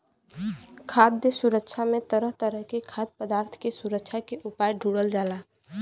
खाद्य सुरक्षा में तरह तरह के खाद्य पदार्थ के सुरक्षा के उपाय ढूढ़ल जाला